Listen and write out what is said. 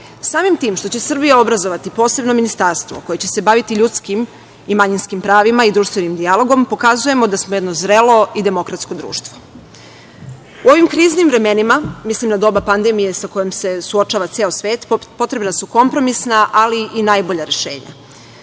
tim što će Srbija obrazovati posebno ministarstvo koje će se baviti ljudskim i manjinskim pravima i društvenim dijalogom pokazujemo da smo jedno zrelo i demokratsko društvo.U ovim kriznim vremenima, mislim na doba pandemije sa kojom se suočava ceo svet, potrebna su kompromisna, ali i najbolja rešenja. Mi